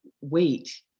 wait